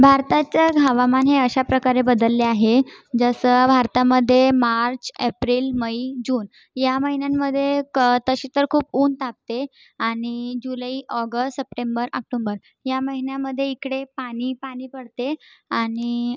भारताचं हवामान हे अशा प्रकारे बदलले आहे जसं भारतामध्ये मार्च एप्रिल मई जून या महिन्यांमध्ये कं तशी तर खूप ऊन तापते आणि जुलै ऑगस सप्टेंबर आक्टोंबर या महिन्यामध्ये इकडे पाणी पाणी पडते आणि